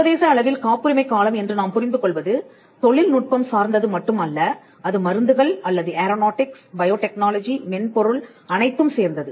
சர்வதேச அளவில் காப்புரிமை காலம் என்று நாம் புரிந்து கொள்வது தொழில்நுட்பம் சார்ந்தது மட்டும் அல்ல அது மருந்துகள் அல்லது ஏரோநாட்டிக்ஸ் பயோடெக்னாலஜி மென்பொருள் அனைத்தும் சேர்ந்தது